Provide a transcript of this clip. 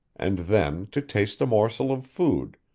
and then to taste a morsel of food,